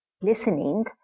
listening